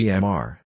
Gmr